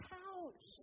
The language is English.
couch